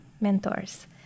mentors